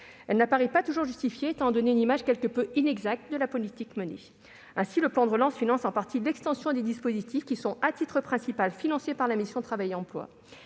Elle ne paraît pas toujours justifiée et tend à donner une image quelque peu inexacte de la politique menée. Ainsi, le plan de relance finance en partie l'extension de dispositifs financés à titre principal par la mission « Travail et emploi